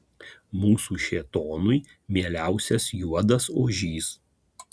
mūsų šėtonui mieliausias juodas ožys